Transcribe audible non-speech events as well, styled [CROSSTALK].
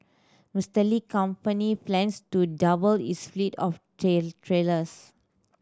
Mister Li company plans to double its fleet of [UNINTELLIGIBLE] trailers